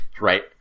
Right